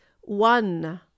one